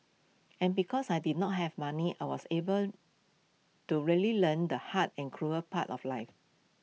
and because I did not have money I was able to really learn the hard and cruel part of life